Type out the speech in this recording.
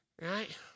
right